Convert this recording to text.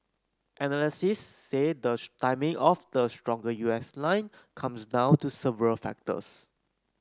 analysts say the timing of the stronger U S line comes down to several factors